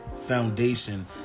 foundation